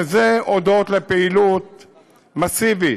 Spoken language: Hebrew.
וזה הודות לפעילות מסיבית,